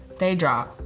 they draw.